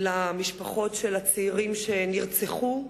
למשפחות הצעירים שנרצחו